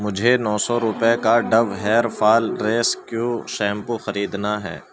مجھے نو سو روپے کا Dove hair fall rescue shampoo خریدنا ہے